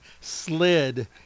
slid